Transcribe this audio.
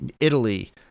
italy